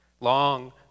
Long